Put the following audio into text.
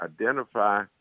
identify